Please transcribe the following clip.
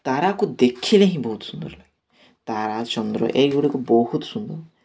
ତାରାକୁ ଦେଖିଲେ ହିଁ ବହୁତ ସୁନ୍ଦର ଲାଗେ ତାରା ଚନ୍ଦ୍ର ଏହି ଗୁଡ଼ିକ ବହୁତ ସୁନ୍ଦର